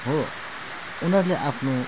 हो उनीहरूले आफ्नो